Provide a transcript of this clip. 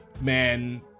man